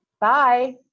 Bye